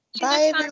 Bye